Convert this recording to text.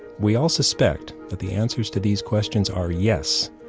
we all suspect that the answers to these questions are yes,